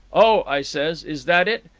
oh, i says, is that it?